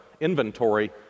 inventory